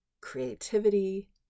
creativity